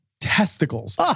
testicles